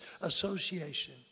Association